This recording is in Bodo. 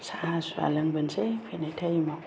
साहा सुहा लोंबोनोसै फैनाय टाइमाव